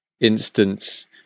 instance